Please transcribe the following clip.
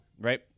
right